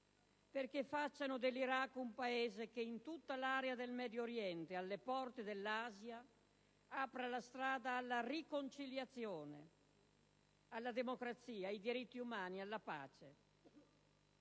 perché facciano dell'Iraq un Paese che in tutta l'area del Medio Oriente, alle porte dell'Asia, apra la strada alla riconciliazione, alla democrazia, ai diritti umani, alla pace.